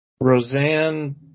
Roseanne